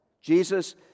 Jesus